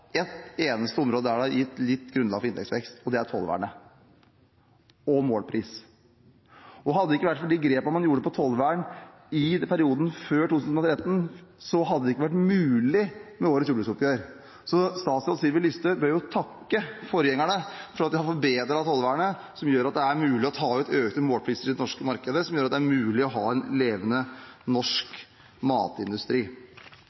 ett eneste område der det er gitt litt grunnlag for inntektsvekst, og det er tollvernet og målpris. Hadde det ikke vært for de grepene man tok med tollvern i perioden før 2013, hadde ikke årets jordbruksoppgjør vært mulig. Statsråd Sylvi Listhaug bør takke forgjengerne for at de har forbedret tollvernet, som gjør det mulig å ta ut økte målpriser i det norske markedet, og gjør det mulig å ha en levende norsk matindustri.